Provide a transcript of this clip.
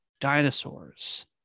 dinosaurs